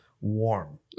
warm